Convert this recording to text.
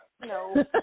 No